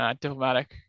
diplomatic